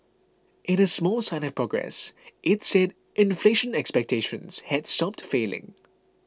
in a small sign of progress it said inflation expectations had stopped falling